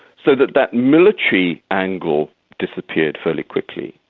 so that that military angle disappeared fairly quickly.